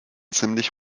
ziemlich